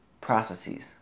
processes